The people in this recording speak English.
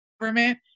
government